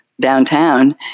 downtown